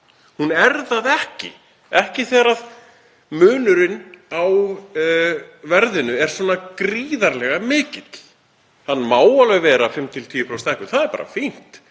Hún er það ekki, ekki þegar munurinn á verðinu er svona gríðarlega mikill. Það má alveg vera 5–10% hækkun, það er bara fínt,